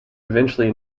eventually